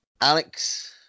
Alex